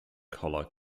color